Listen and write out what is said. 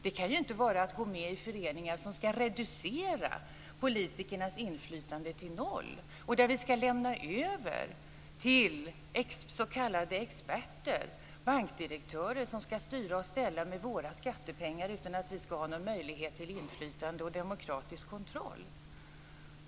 Det kan inte vara att gå med i föreningar som ska reducera politikernas inflytande till noll och där vi ska lämna över till s.k. experter - bankdirektörer - som ska styra och ställa med våra skattepengar utan att vi ska ha någon möjlighet till inflytande och demokratisk kontroll.